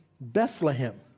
Bethlehem